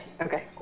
okay